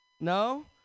No